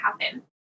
happen